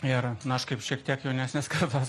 ir na aš kaip šiek tiek jaunesnės kartos